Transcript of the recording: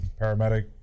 paramedic